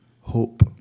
hope